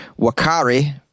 Wakari